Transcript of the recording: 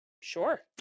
Sure